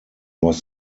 was